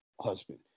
husband